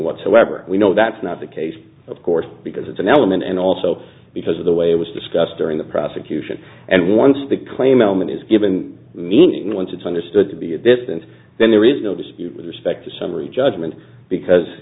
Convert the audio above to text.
whatsoever we know that's not the case of course because it's an element and also because of the way it was discussed during the prosecution and once the claimant is given meaning once it's understood to be a distance then there is no dispute with respect to summary judgment because